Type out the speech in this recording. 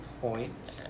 point